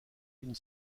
une